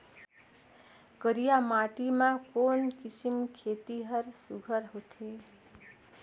करिया माटी मा कोन किसम खेती हर सुघ्घर होथे?